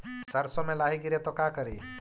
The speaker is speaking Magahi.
सरसो मे लाहि गिरे तो का करि?